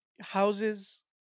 Houses